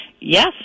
yes